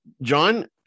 John